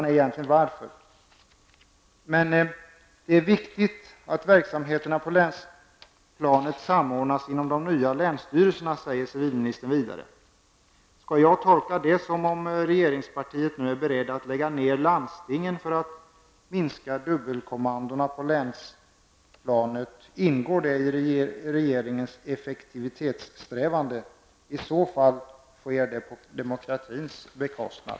Civilministern säger vidare att det är viktigt att verksamheterna på länsplanet samordnas inom de nya länsstyrelserna. Skall jag tolka det som att regeringspartiet nu är berett att lägga ner landstingen för att minska dubbelkommandona på länsplanet? Ingår det i regeringens effketivitetssträvanden? I så fall sker det på demokratins bekostnad.